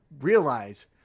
realize